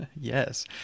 Yes